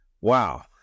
Wow